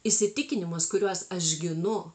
įsitikinimus kuriuos aš ginu